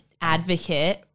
advocate